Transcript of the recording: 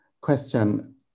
question